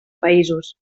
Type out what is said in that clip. països